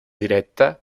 diretta